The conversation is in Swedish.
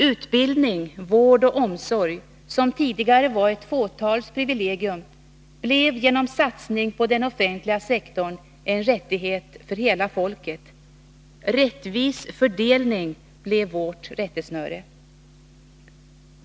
Utbildning, vård och omsorg, som tidigare var ett fåtals privilegium, blev genom satsning på den offentliga sektorn en rättighet för hela folket. Rättvis fördelning blev vårt rättesnöre.